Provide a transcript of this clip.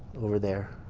over there.